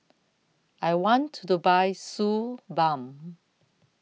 I want to to Buy Suu Balm